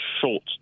short